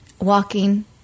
walking